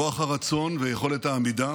כוח הרצון ויכולת העמידה